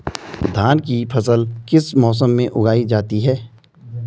धान की फसल किस मौसम में उगाई जाती है?